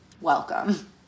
Welcome